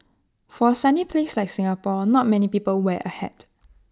for A sunny place like Singapore not many people wear A hat